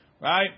right